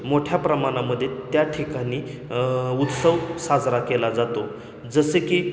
मोठ्या प्रमाणामध्ये त्या ठिकाणी उत्सव साजरा केला जातो जसे की